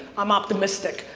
i'm optimistic,